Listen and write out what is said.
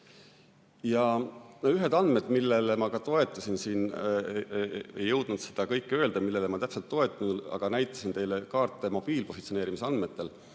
Ühed andmed, millele ma ka toetusin – ei jõudnud öelda, millele kõigele ma täpselt toetusin, aga näitasin teile kaarte mobiilipositsioneerimise andmetel